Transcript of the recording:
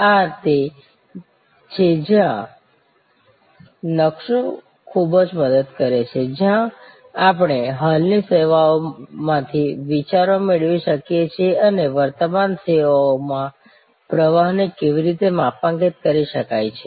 આ તે છે જ્યાં નક્શો ખૂબ મદદ કરે છે જ્યાં આપણે હાલની સેવાઓમાંથી વિચારો મેળવી શકીએ છીએ અને વર્તમાન સેવાઓમાં પ્રવાહને કેવી રીતે માપાંકિત કરી શકાય છે